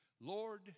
Lord